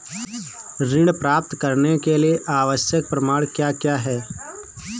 ऋण प्राप्त करने के लिए आवश्यक प्रमाण क्या क्या हैं?